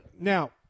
now